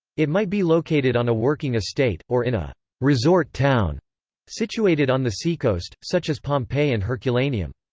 it might be located on a working estate, or in a resort town situated on the seacoast, such as pompeii and herculaneum.